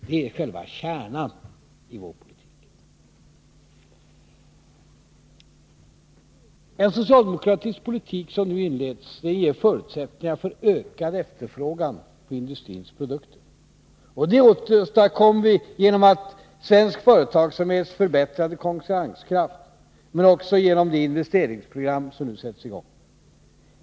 Det är själva kärnan i vår politik. Den socialdemokratiska politik som nu inleds ger förutsättningar för ökad efterfrågan på industrins produkter. Det åstadkommer vi genom att ge svensk företagsamhet förbättrad konkurrenskraft men också genom det investeringsprogram som nu sätts i gång.